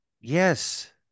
Yes